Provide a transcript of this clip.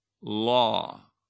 law